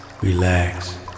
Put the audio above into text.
relax